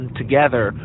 together